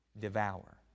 devour